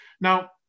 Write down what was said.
now